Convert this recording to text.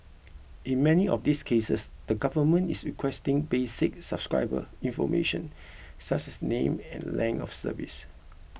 in many of these cases the government is requesting basic subscriber information such as name and length of service